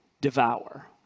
devour